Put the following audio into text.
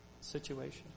situation